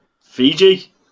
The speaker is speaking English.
fiji